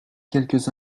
quelques